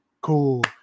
Cool